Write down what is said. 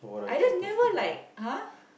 I just never like !huh!